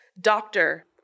doctor